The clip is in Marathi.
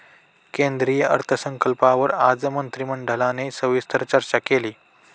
केंद्रीय अर्थसंकल्पावर आज मंत्रिमंडळाने सविस्तर चर्चा केली